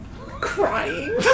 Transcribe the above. Crying